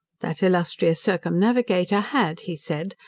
that illustrious circumnavigator had, he said,